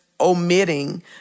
omitting